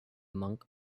monk